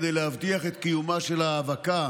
כדי להבטיח את קיומה של ההאבקה